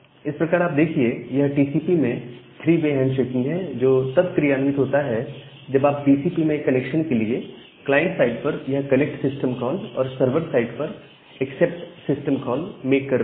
इस प्रकार आप देखिए यह टीसीपी में थ्री वे हैंड शेकिंग है जो तब क्रियान्वित होता है जब आप टीसीपी में कनेक्शन के लिए क्लाइंट साइड पर यह कनेक्ट सिस्टम कॉल और सर्वर साइड पर एक्सेप्ट सिस्टम कॉलमेक कर रहे हैं